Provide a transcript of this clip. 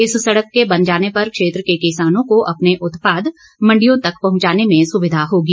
इस सड़क के बन जाने पर क्षेत्र के किसानों को अपने उत्पाद मण्डियों तक पहुंचाने में सुविधा होगी